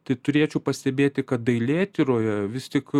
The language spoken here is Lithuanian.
tai turėčiau pastebėti kad dailėtyroje vis tik